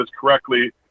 correctly